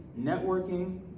networking